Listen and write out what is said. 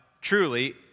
truly